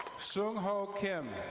soon ho kim.